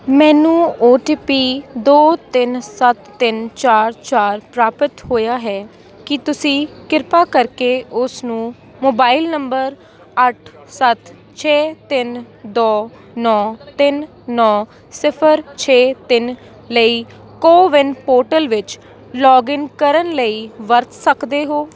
ਮੈਨੂੰ O T P ਦੋ ਤਿੰਨ ਸੱਤ ਤਿੰਨ ਚਾਰ ਚਾਰ ਪ੍ਰਾਪਤ ਹੋਇਆ ਹੈ ਕੀ ਤੁਸੀਂ ਕਿਰਪਾ ਕਰਕੇ ਉਸ ਨੂੰ ਮੋਬਾਈਲ ਨੰਬਰ ਅੱਠ ਸੱਤ ਛੇ ਤਿੰਨ ਦੋ ਨੌਂ ਤਿੰਨ ਨੌਂ ਸਿਫਰ ਛੇ ਤਿੰਨ ਲਈ ਕੋਵਿਨ ਪੋਰਟਲ ਵਿੱਚ ਲੌਗਇਨ ਕਰਨ ਲਈ ਵਰਤ ਸਕਦੇ ਹੋ